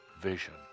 vision